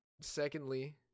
Secondly